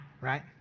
right